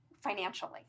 financially